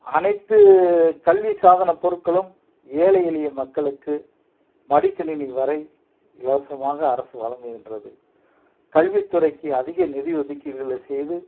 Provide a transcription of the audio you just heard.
அனைத்து கல்வி சாதன பொருட்களும் ஏழை எளிய மக்களுக்கு மடிக்கணினி வரை இலவசமாக அரசு வழங்குகின்றது கல்வித்துறைக்கு அதிக நிதி ஒதுக்கீடுகளை செய்து